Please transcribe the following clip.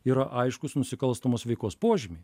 yra aiškūs nusikalstamos veikos požymiai